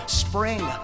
spring